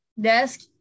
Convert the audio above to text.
desk